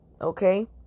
okay